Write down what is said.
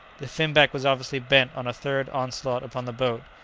the finback was obviously bent on a third onslaught upon the boat,